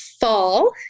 fall